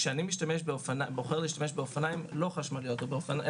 כשאני בוחר להשתמש באופניים רגילים,